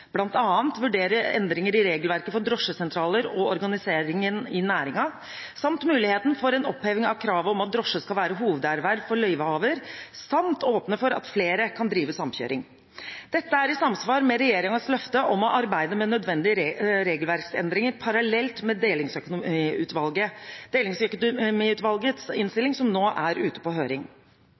endringer i regelverket for drosjesentraler og organiseringen i næringen samt muligheten for en oppheving av kravet om at drosje skal være hovederverv for løyvehaver, samt å åpne for at flere kan drive samkjøring. Dette er i samsvar med regjeringens løfte om å arbeide med nødvendige regelverksendringer parallelt med Delingsøkonomiutvalgets innstilling, som nå er ute på høring.